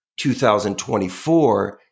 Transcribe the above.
2024